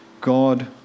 God